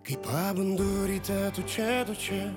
kai pabundu ryte tu čia dar čia